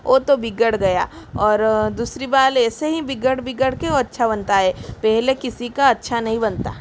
वह तो बिगड़ गया और दूसरी बार ऐसे ही बिगड़ बिगड़ कर वह अच्छा बनाता है पहले किसी का अच्छा नहीं बनता